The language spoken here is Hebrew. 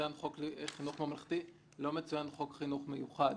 חוק חינוך ממלכתי ולא מצוין חוק חינוך מיוחד.